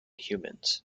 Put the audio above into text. humans